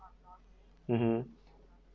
mmhmm